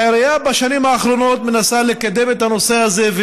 העירייה מנסה בשנים האחרונות לקדם את הנושא הזה,